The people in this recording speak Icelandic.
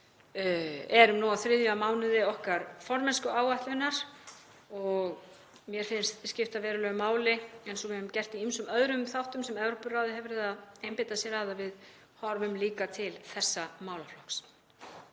við erum nú á þriðja mánuði okkar formennskuáætlunar og mér finnst skipta verulegu máli, eins og við höfum gert í ýmsum öðrum þáttum sem Evrópuráðið hefur verið að einbeita sér að, að við horfum líka til þessa málaflokks.